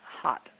hot